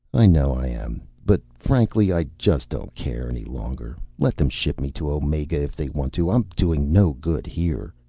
i know i am. but frankly, i just don't care any longer. let them ship me to omega if they want to. i'm doing no good here.